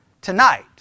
tonight